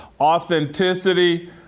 Authenticity